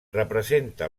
representa